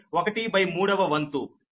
ఇదే సమీకరణం 17